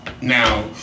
Now